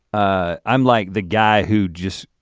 ah i'm like the guy who just